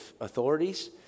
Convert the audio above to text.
authorities